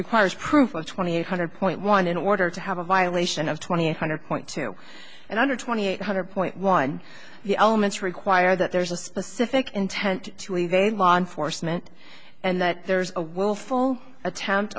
requires proof of twenty eight hundred point one in order to have a violation of twenty eight hundred point two and under twenty eight hundred point one the elements require that there is a specific intent to evade law enforcement and that there's a willful attempt